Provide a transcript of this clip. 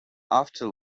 after